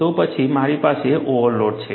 તો પછી મારી પાસે ઓવરલોડ છે